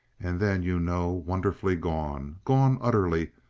and then you know, wonderfully gone gone utterly,